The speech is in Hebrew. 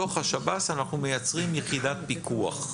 בתוך השב"ס אנחנו מייצרים יחידת פיקוח.